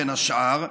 בין השאר.